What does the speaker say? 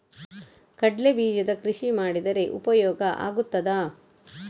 ಕಡ್ಲೆ ಬೀಜದ ಕೃಷಿ ಮಾಡಿದರೆ ಉಪಯೋಗ ಆಗುತ್ತದಾ?